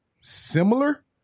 similar